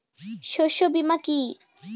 শস্য বীমা কি?